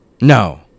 No